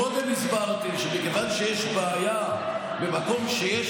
קודם הסברתי שמכיוון שיש בעיה בחוק,